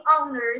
owners